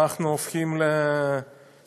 אנחנו הופכים לסקנדינביה.